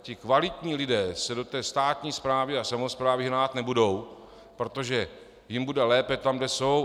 Ti kvalitní lidé se do státní správy a samosprávy hnát nebudou, protože jim bude lépe tam, kde jsou.